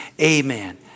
Amen